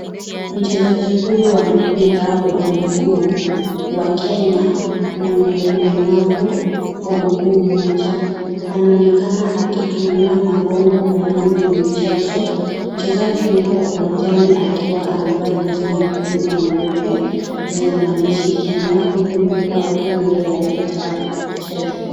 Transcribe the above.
Mchezaji huyu wa mpira wa miguu wa Kenya mwenye ulemavu wa mguu moja, anaonekana akitumia mgongo maalum ya michezo mchezaji yuko uwanjani akiwa amevaa jesi yekundu na nyeupe zenye maandishi Kenye huku mpira ukiwa mbele yake tayari kwa kuchezea.